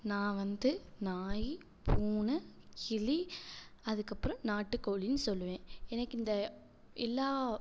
நான் வந்து நாய் பூனை கிளி அதுக்கப்புறம் நாட்டுக்கோழின்னு சொல்லுவேன் எனக்கு இந்த எல்லா